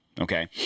Okay